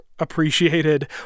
appreciated